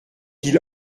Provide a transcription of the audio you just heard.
qu’il